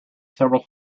several